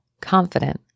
confident